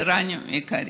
וטרנים יקרים,